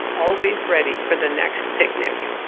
always ready for the next picnic